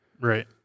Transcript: Right